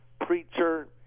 preacher